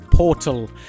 portal